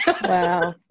Wow